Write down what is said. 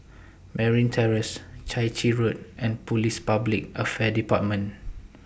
Merryn Terrace Chai Chee Road and Police Public Affairs department